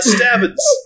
Stabbins